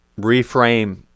reframe